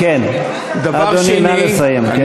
דבר שני, כן, אדוני, נא לסיים.